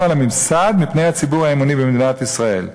על הממסד מפני הציבור האמוני במדינת ישראל.